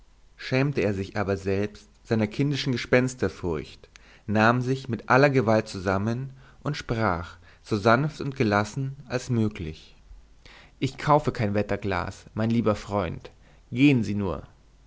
schämte er sich aber selbst seiner kindischen gespensterfurcht nahm sich mit aller gewalt zusammen und sprach so sanft und gelassen als möglich ich kaufe kein wetterglas mein lieber freund gehen sie nur